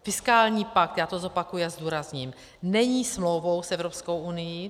Fiskální pakt já to zopakuji a zdůrazním není smlouvou s Evropskou unií.